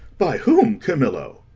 by whom, camillo?